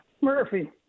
Murphy